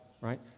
right